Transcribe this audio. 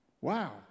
Wow